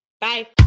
Bye